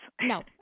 No